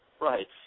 Right